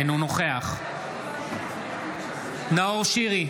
אינו נוכח נאור שירי,